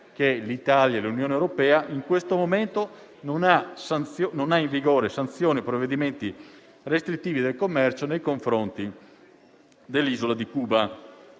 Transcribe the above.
che l'Italia e l'Unione europea in questo momento non hanno in vigore sanzioni e provvedimenti restrittivi del commercio nei confronti dell'isola di Cuba.